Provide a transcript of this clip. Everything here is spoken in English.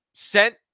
Sent